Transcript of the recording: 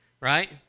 Right